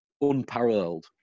unparalleled